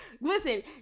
Listen